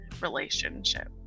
relationship